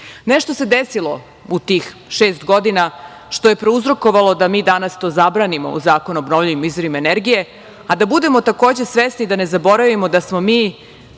Nešto se desilo u tih šest godina što je prouzrokovalo da mi danas to zabranimo u Zakonu o obnovljivim izvorima energije, a da budemo, takođe, svesni da ne zaboravimo da smo mi